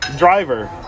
Driver